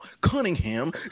Cunningham